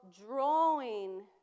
drawing